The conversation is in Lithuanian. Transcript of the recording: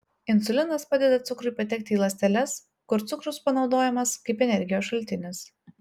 insulinas padeda cukrui patekti į ląsteles kur cukrus panaudojamas kaip energijos šaltinis